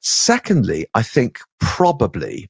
secondly, i think probably